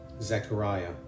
Zechariah